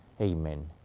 Amen